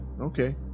okay